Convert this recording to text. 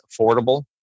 affordable